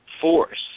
force